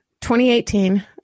2018